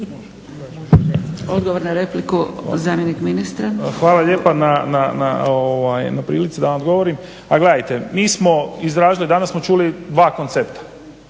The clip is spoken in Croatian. Odgovor na repliku zamjenik ministra. **Lalovac, Boris** Hvala lijepa. Da vam odgovorim. Pa gledajte mi smo … danas smo čuli dva koncepta,